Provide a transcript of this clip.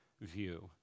view